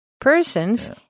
persons